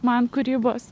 man kūrybos